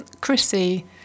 Chrissy